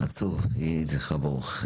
עצוב, יהי זכרה ברוך.